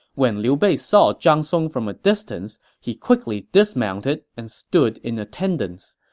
when liu bei saw zhang song from a distance, he quickly dismounted and stood in attendance.